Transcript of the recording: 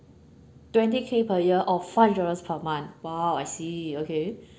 twenty K per year or five hundred dollars per month !wow! I see okay